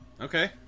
okay